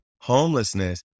homelessness